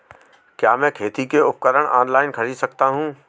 क्या मैं खेती के उपकरण ऑनलाइन खरीद सकता हूँ?